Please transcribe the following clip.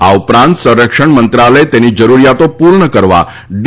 આ ઉપરાંત સંરક્ષણ મંત્રાલય તેની જરૂરિયાતો પૂર્ણ કરવા ડી